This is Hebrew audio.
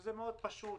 שזה פשוט מאוד,